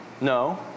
No